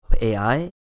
AI